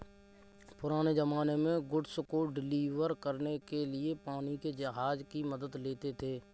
पुराने ज़माने में गुड्स को डिलीवर करने के लिए पानी के जहाज की मदद लेते थे